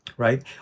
right